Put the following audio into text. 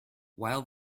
while